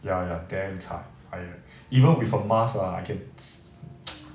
ya ya damn chai I even with her mask ah I can